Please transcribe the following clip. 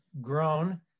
grown